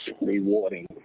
rewarding